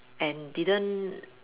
and didn't